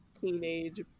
teenage